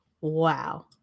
Wow